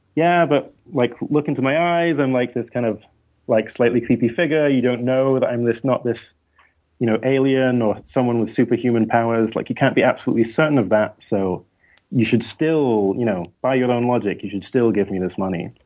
yeah, but like look into my eyes, and like this kind of like slightly creepy figure you don't know i'm not this you know alien, or someone with superhuman powers. like you can't be absolutely certain of that. so you should still you know by your own logic, you should still give me this money.